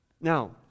Now